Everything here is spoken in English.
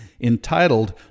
entitled